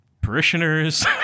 parishioners